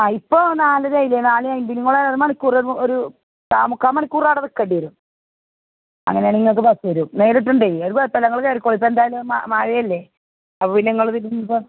ആ ഇപ്പോൾ നാലര ആയില്ലേ നാല് കഴിഞ്ഞിട്ട് നിങ്ങൾ ഒരു മണിക്കൂറ് ഒരു കാ മുക്കാൽ മണിക്കൂർ ആടെ നിൽക്കേണ്ടി വരും അങ്ങനെയാണെങ്കിൽ നിങ്ങൾക്ക് ബസ്സ് വരും നേരിട്ടുണ്ടെയ് അത് കുഴപ്പമില്ല നിങ്ങൾ കയറിക്കോളി ഇപ്പം എന്തായലും മ മഴയല്ലെ അപ്പോൾ പിന്നെ നിങ്ങൾ തിരിഞ്ഞിപ്പം